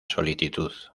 solicitud